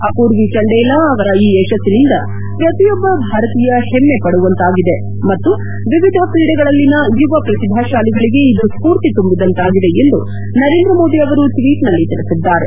ಅಮೂರ್ವಿ ಚಂಡೇಲಾ ಅವರ ಈ ಯಶಸ್ಸಿನಿಂದ ಪ್ರತಿಯೊಬ್ಬ ಭಾರತೀಯ ಹೆಮ್ನೆ ಪಡುವಂತಾಗಿದೆ ಮತ್ತು ವಿವಿಧ ಕ್ರೀಡೆಗಳಲ್ಲಿನ ಯುವ ಪ್ರತಿಭಾ ಶಾಲಿಗಳಿಗೆ ಇದು ಸ್ಕೂರ್ತಿ ತುಂಬಿದಂತಾಗಿದೆ ಎಂದು ನರೇಂದ್ರ ಮೋದಿ ಅವರು ಟ್ವೀಟ್ನಲ್ಲಿ ತಿಳಿಸಿದ್ದಾರೆ